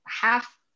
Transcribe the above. half